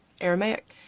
Aramaic